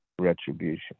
retribution